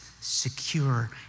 secure